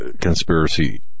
conspiracy